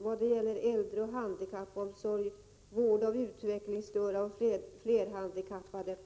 Samtliga har fått plats i utbildningen för äldreoch handikappomsorg och för vård av utvecklingsstörda och flerhandikappade.